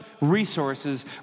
resources